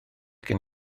gen